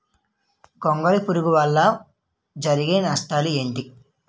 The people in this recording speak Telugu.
గొంగళి పురుగు వల్ల జరిగే నష్టాలేంటి?